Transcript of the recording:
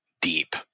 deep